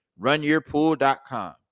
RunYourPool.com